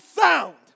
sound